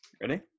ready